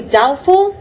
doubtful